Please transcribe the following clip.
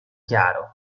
chiaro